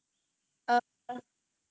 where did you shoot the full video